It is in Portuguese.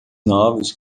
novos